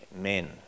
men